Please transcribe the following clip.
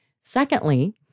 Secondly